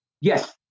yes